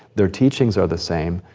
their teachings are the same,